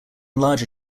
larger